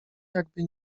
jakby